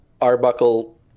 Arbuckle